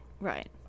right